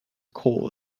cold